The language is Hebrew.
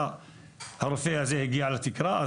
הרופא הזה הגיע לתקרה,